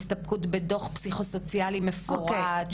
הסתפקות בדוח פסיכוסוציאלי מפורט,